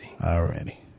already